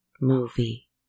movie